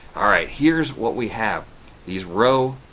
alright here's what we have these row,